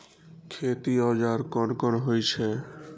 खेती औजार कोन कोन होई छै?